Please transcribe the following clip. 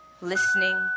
listening